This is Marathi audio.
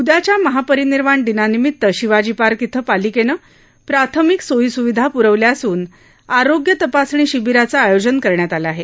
उद्याच्या महापरिनिर्वाण दिनानिमित्त शिवाजी पार्क इथं पालिकेनं प्राथमिक सोयी सुविधा प्रवल्या असून आरोग्य तपासणी शिबिराचं आयोजन करण्यात आलं आहे